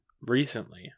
recently